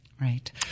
Right